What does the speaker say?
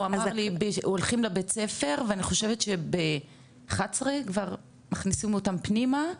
הוא אמר לי הולכים לבית ספר ואני חושבת שב-11 כבר מכניסים אותם פנימה,